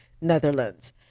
Netherlands